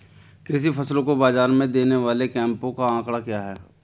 कृषि फसलों को बाज़ार में देने वाले कैंपों का आंकड़ा क्या है?